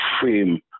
frame